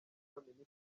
minisitiri